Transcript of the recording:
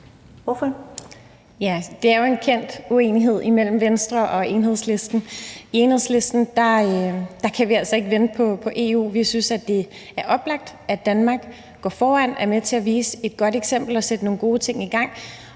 Det er jo en kendt uenighed mellem Venstre og Enhedslisten. I Enhedslisten kan vi altså ikke vente på EU. Vi synes, at det er oplagt, at Danmark går foran og er med til at vise et godt eksempel og sætte nogle gode ting i gang.